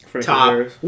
top